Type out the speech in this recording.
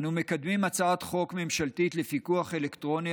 אנו מקדמים הצעת חוק ממשלתית לפיקוח אלקטרוני